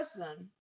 person